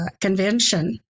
convention